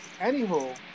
anywho